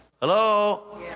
Hello